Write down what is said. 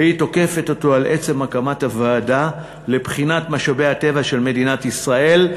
והיא תוקפת אותו על עצם הקמת הוועדה לבחינת משאבי הטבע של מדינת ישראל,